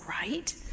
right